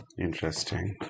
Interesting